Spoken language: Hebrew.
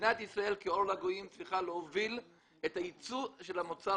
מדינת ישראל כאור לגויים צריכה להוביל את היצוא של המוצר